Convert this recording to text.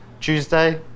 Tuesday